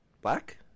black